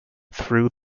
through